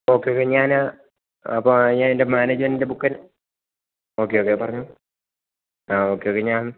okay okay ഞാൻ അപ്പോൾ ഞാൻ എൻ്റെ മാനേജ്മെൻറ്റിൻ്റെ ബുക്ക് ഓക്കെ ഓക്കെ പറഞ്ഞോ ആ ഓക്കെ യോക്കെ ഞാൻ